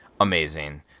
amazing